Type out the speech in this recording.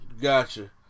Gotcha